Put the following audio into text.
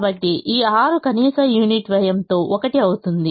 కాబట్టి ఈ 6 కనీస యూనిట్ వ్యయంతో ఒకటి అవుతుంది